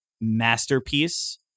masterpiece